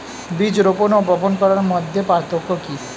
বীজ রোপন ও বপন করার মধ্যে পার্থক্য কি?